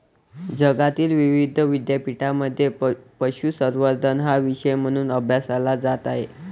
जगातील विविध विद्यापीठांमध्ये पशुसंवर्धन हा विषय म्हणून अभ्यासला जात आहे